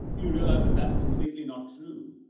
you realize that that's completely not true.